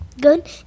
Good